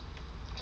interesting hor